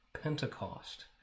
Pentecost